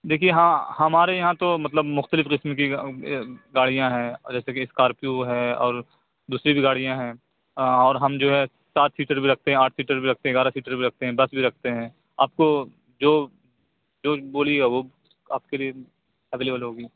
دیکھیے ہاں ہمارے یہاں تو مطلب مختلف قسم کی گاڑیاں ہیں جیسے کہ اسکارپیو ہے اور دوسری بھی گاڑیاں ہیں اور ہم جو ہے سات سیٹر بھی رکھتے ہیں آٹھ سیٹر بھی رکھتے ہیں گیارہ سیٹر بھی رکھتے ہیں دس بھی رکھتے ہیں آپ کو جو جو بولیے گا وہ آپ کے لیے اویلیبل ہوگی